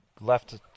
left